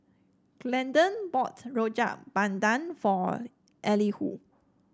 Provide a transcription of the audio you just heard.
Glendon bought Rojak Bandung for Elihu